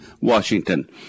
Washington